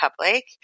public